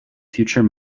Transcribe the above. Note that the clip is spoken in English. future